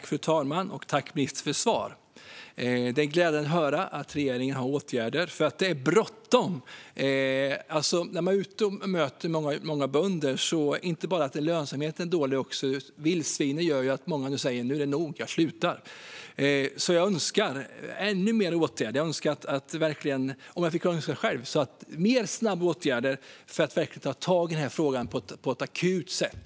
Fru talman! Tack, ministern, för svar! Det är glädjande att höra att regeringen har åtgärder. Det är bråttom. När man är ute och möter många bönder hör man inte bara att lönsamheten är dålig. Vildsvinen gör att många säger: Nu är det nog, jag slutar. Jag önskar ännu mer åtgärder. Om jag får önska själv vill jag se fler snabba åtgärder för att verkligen ta tag i frågan på ett akut sätt.